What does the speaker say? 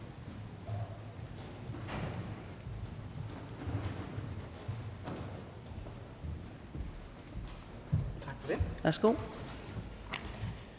Tak for det. Jeg